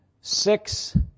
six